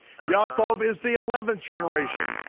yaakov is the eleventh generation,